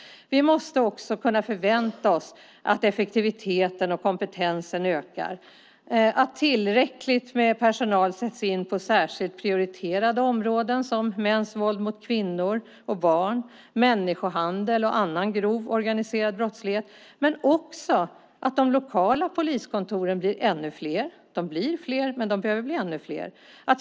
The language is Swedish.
Vi måste också kunna förvänta oss att effektiviteten och kompetensen ökar, att tillräckligt med personal sätts in på särskilt prioriterade områden som mäns våld mot kvinnor och barn, människohandel och annan grov organiserad brottslighet. Men de lokala poliskontoren måste också bli ännu fler. De blir fler, men de behöver bli ännu fler.